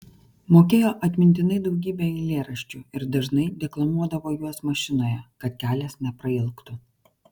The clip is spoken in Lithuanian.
mokėjo atmintinai daugybę eilėraščių ir dažnai deklamuodavo juos mašinoje kad kelias neprailgtų